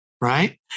Right